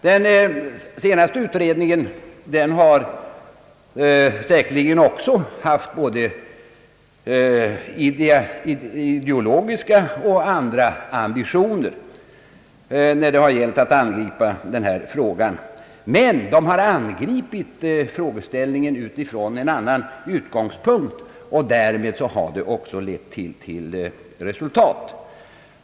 Den senaste utredningen har säkerligen också haft både ideologiska och andra ambitioner, när det har gällt att angripa den här frågan, men den har angripit frågeställningen utifrån en annan utgångspunkt, och därmed har arbetet också lett till resultat.